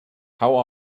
how